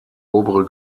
obere